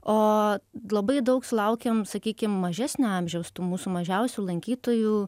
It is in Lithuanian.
o labai daug sulaukiam sakykim mažesnio amžiaus tų mūsų mažiausių lankytojų